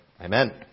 Amen